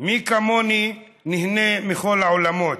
/ מי כמוני נהנה מכל העולמות.